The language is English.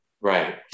Right